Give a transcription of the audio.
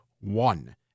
One